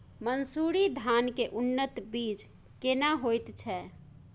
मन्सूरी धान के उन्नत बीज केना होयत छै?